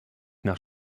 nach